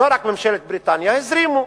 לא רק ממשלת בריטניה, הזרימו,